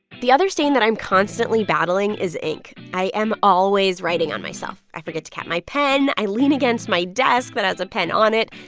the other stain that i'm constantly battling is ink. i am always writing on myself. i forget to cap my pen. i lean against my desk that has a pen on it.